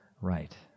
right